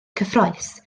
cyffrous